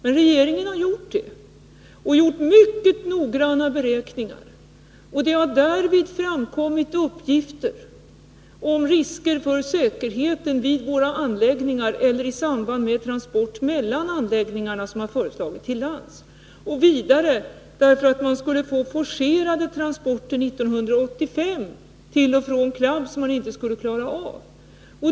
Men regeringen har gjort det och gjort mycket noggranna beräkningar. Det har därvid framkommit uppgifter om risker för säkerheten vid våra anläggningar och i samband med föreslagna transporter till lands mellan anläggningarna. Det har vidare framkommit risker för att man skulle få forcerade transporter 1985 till och fftån CLAB som man inte skulle klara av.